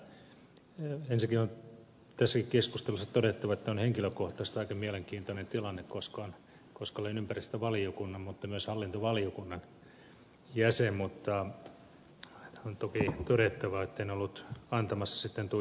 ensinnäkin on tässäkin keskustelussa todettava että on henkilökohtaisesti aika mielenkiintoinen tilanne koska olen ympäristövaliokunnan mutta myös hallintovaliokunnan jäsen mutta on toki todettava että en ollut antamassa tuota ympäristövaliokunnan lausuntoa